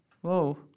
Whoa